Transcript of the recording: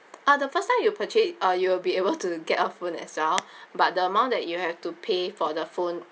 ah the first time you purchase uh you will be able to get a phone as well but the amount that you have to pay for the phone